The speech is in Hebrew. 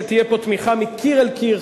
שתהיה פה תמיכה מקיר אל קיר,